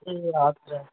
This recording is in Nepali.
ए हजुर